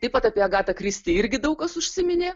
taip pat apie agatą kristi irgi daug kas užsiminė